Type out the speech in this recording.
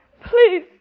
Please